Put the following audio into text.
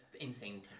insane